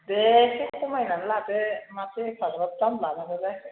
दे इसे खमायनानै लादो माथो एफाग्राब दाम लानांगौ जाखो